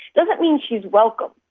doesn't mean she is welcome.